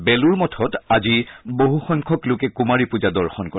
বেলুৰ মঠত আজি বহুসংখ্যক লোকে কুমাৰী পূজা দৰ্শন কৰে